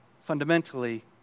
fundamentally